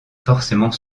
forcément